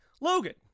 Logan